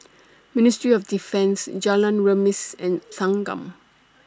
Ministry of Defence Jalan Remis and Thanggam